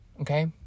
okay